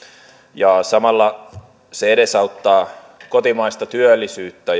ja samalla se edesauttaa kotimaista työllisyyttä